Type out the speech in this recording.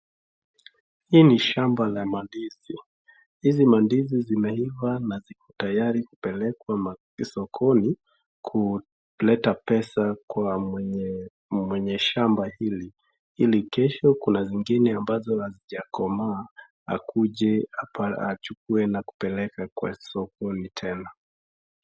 Hii ni shamba la mandizi. Hizi mandizi zimeiva na ziko tayari kupelekwa ma, sokoni kuleta pesa kwa mwenye, mwenye shamba hili. Ili kesho kuna zingine ambazo hazijakomaa akuje apa, achukue na kupeleka kwa sokoni tena.